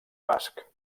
basc